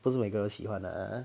不是每个我都喜欢 lah !huh!